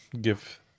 give